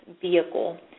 vehicle